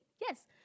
Yes